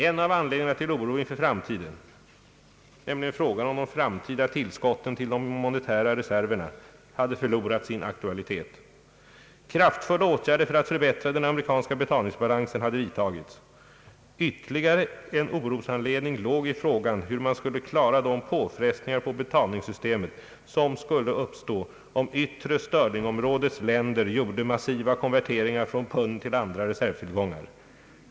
En av anledningarna till oro inför framtiden — frågan om de framtida tillskotten till de monetära reserverna — hade förlorat sin aktualitet. Kraftfulla åtgärder för att förbättra den amerikanska betalningsbalansen hade vidtagits. Ytterligare en orosanledning låg i frågan hur man skulle klara de påfrestningar på betalningssystemet som skulle uppstå om yttre sterlingområdets länder gjorde massiva konverteringar från pund till andra reservtillgångar.